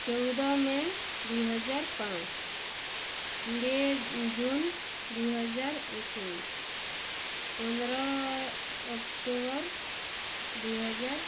ଚଉଦ ମେ ଦୁଇହଜାର ପାଞ୍ଚ କୋଡ଼ିଏ ଜୁନ୍ ଦୁଇହଜାର ଏକୋଇଶି ପନ୍ଦର ଅକ୍ଟୋବର ଦୁଇହାଜର